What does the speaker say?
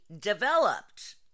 developed